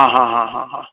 आं हां हां हां हां